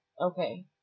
Okay